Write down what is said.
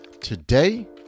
Today